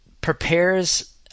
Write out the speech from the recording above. prepares